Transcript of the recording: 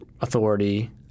authority